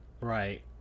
Right